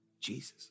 Jesus